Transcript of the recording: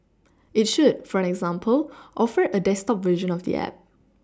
it should for example offer a desktop version of the app